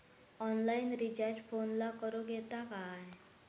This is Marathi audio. ऑनलाइन रिचार्ज फोनला करूक येता काय?